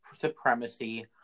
supremacy